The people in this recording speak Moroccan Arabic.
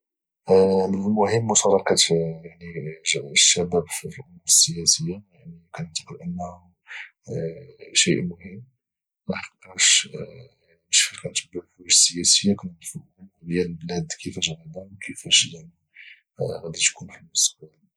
من المهم مشاركة الشباب في الامور السياسية يعني كنعتاقد ان شيئ مهم لحقاش فاش كنتبعو الحوايج السياسية كنعرفو الامور ديال البلاد كفاش غادا وكفاش غادي تكون في المستقبل